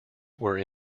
were